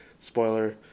Spoiler